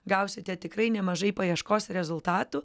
gausite tikrai nemažai paieškos rezultatų